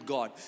God